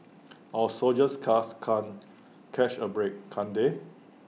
our soldiers cast can't catch A break can't they